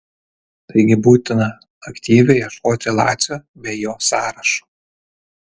taigi būtina aktyviai ieškoti lacio bei jo sąrašo